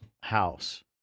house